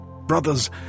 Brothers